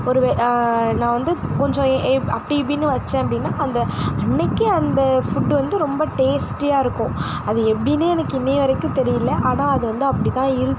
ஒரு வே நான் வந்து கொஞ்சோம் அப்படி இப்படினு வச்சேன் அப்படின்னா அந்த அன்னைக்கு அந்த ஃபுட் வந்து ரொம்ப டேஸ்ட்டியாக இருக்கும் அது எப்படின்னே எனக்கு இன்னைய வரைக்கும் தெரியலை ஆனால் அது வந்து அப்படிதான் இருக்கும்